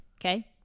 Okay